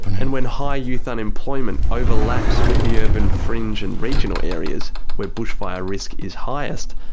and when high youth unemployment overlaps with the urban fringe and regional areas where bushfire risk is highest,